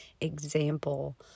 example